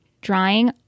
drying